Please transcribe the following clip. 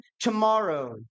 tomorrow